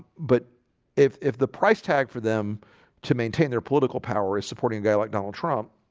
but if if the price tag for them to maintain their political power is supporting a guy like donald trump.